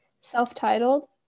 Self-titled